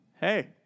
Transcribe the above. Hey